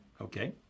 Okay